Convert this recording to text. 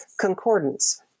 Concordance